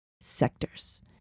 sectors